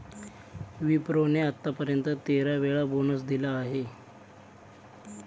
विप्रो ने आत्तापर्यंत तेरा वेळा बोनस दिला आहे